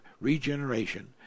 regeneration